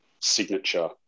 signature